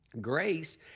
Grace